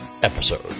episode